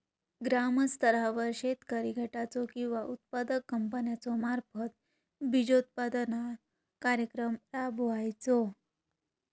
ग्रामस्तरावर शेतकरी गटाचो किंवा उत्पादक कंपन्याचो मार्फत बिजोत्पादन कार्यक्रम राबायचो?